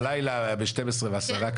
זה היה יום חמישי בלילה ב-23:30,